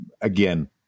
again